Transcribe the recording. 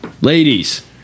ladies